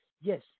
Yes